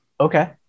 Okay